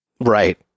Right